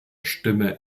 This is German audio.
stimme